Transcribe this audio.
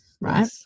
right